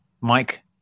Mike